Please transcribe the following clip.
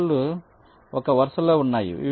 cell లు ఒక వరుసలో ఉన్నాయి